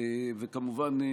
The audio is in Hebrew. וכמובן,